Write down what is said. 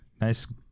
Nice